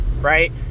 right